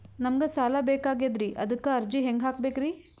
ನಮಗ ಸಾಲ ಬೇಕಾಗ್ಯದ್ರಿ ಅದಕ್ಕ ಅರ್ಜಿ ಹೆಂಗ ಹಾಕಬೇಕ್ರಿ?